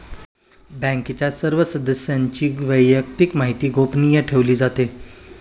बँकेच्या सर्व सदस्यांची वैयक्तिक माहिती गोपनीय ठेवली जाते